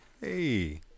Hey